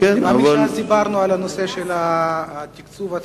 נראה לי שאז דיברנו על הנושא של התקצוב עצמו.